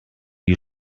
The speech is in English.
you